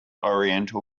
oriental